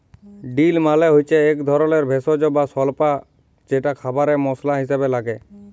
deal মালে হচ্যে এক ধরলের ভেষজ বা স্বল্পা যেটা খাবারে মসলা হিসেবে লাগে